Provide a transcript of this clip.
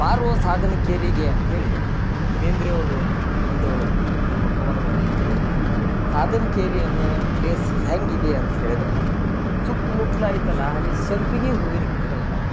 ಬಾರೋ ಸಾಧನ್ಕೇರಿಗೆ ಅಂತ್ಹೇಳಿ ಬೇಂದ್ರೆ ಅವರು ಒಂದು ನಿಮ್ಮ ಕವನದಲ್ಲಿ ಕೇಳೀರಿ ಸಾಧನ್ಕೇರಿ ಅನ್ನೋ ಒಂದು ಪ್ಲೇಸ್ ಹೇಗಿದೆ ಅಂತ್ಹೇಳಿದ್ರೆ ಸುತ್ಮುತ್ಲು ಆಯ್ತಲ್ಲ ಅಲ್ಲಿ ಸಂಪಿಗೆ ಹೂವಿನ ಗಿಡಗಳದಾವ